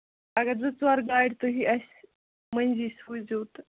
اَگر زٕ ژور گاڑِ تُہی اَسہِ مٔنٛزِی سوٗزِو تہٕ